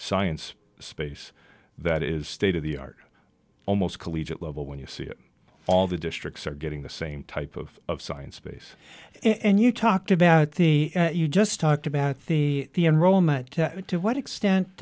science space that is state of the art almost collegiate level when you see it all the districts are getting the same type of science space and you talked about the you just talked about the the enrollment to what extent